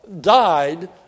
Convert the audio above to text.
died